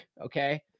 Okay